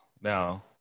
now